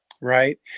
Right